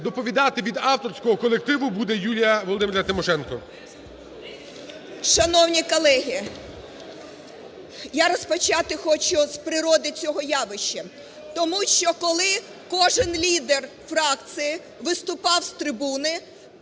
Доповідати від авторського колективу буде Юлія Володимирівна Тимошенко. 11:30:30 ТИМОШЕНКО Ю.В. Шановні колеги! Я розпочати хочу з природи цього явища. Тому що, коли кожний лідер фракції виступав з трибуни,